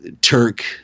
Turk